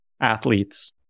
athletes